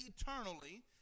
eternally